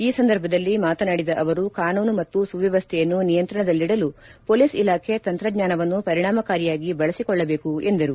ಈ ಸಂದರ್ಭದಲ್ಲಿ ಮಾತನಾಡಿದ ಅವರು ಕಾನೂನು ಮತ್ತು ಸುವ್ಕವಸ್ಥೆಯನ್ನು ನಿಯಂತ್ರಣದಲ್ಲಿಡಲು ಪೊಲೀಸ್ ಇಲಾಖೆ ತಂತ್ರಜ್ಞಾನವನ್ನು ಪರಿಣಾಮಕಾರಿಯಾಗಿ ಬಳಸಿಕೊಳ್ಳಬೇಕು ಎಂದರು